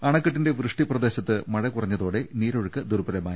അണക്കെട്ടിന്റെ വൃഷ്ടി പ്രദേശത്ത് മഴ കുറഞ്ഞതോടെ നീരൊഴുക്കും ദൂർബലമായി